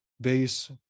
base